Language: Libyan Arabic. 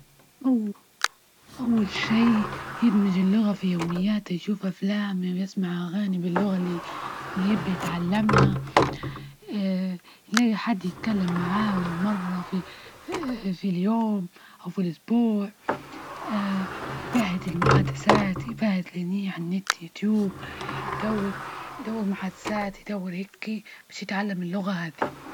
أول شي يدمج اللغة في يومياته، يشوف أفلام و يسمع أغاني باللغة اللي- اللي يبي يتعلمها يلجي حد يتكلم معاه ولو مرة في في اليوم، أو في الإسبوع يبعد المحادثات، يبعد النية على النت، يدور- يدور محادثات، يدور هكي باش يتعلم اللغة هادي.